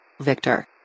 Victor